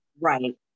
Right